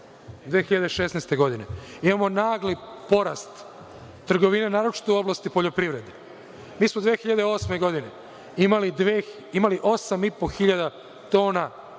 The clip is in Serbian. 2016. godine imamo nagli porast trgovine, a naročito u oblasti poljoprivrede. Mi smo 2008. godine imali osam i po hiljada tona